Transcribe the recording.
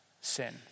sin